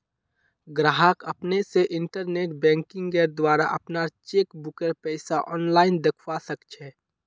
गाहक अपने स इंटरनेट बैंकिंगेंर द्वारा अपनार चेकबुकेर पैसा आनलाईन दखवा सखछे